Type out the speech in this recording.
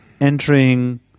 entering